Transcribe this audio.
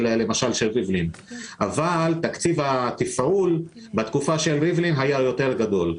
ריבלין אבל תקציב התפעול בתקופה של ריבלין היה יותר גדול.